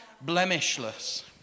blemishless